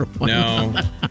No